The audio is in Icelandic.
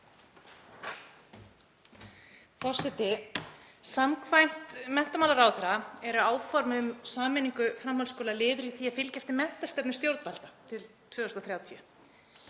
Forseti. Samkvæmt menntamálaráðherra eru áform um sameiningu framhaldsskóla liður í því að fylgja eftir menntastefnu stjórnvalda til 2030.